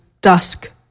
Dusk